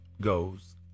goes